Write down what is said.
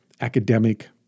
academic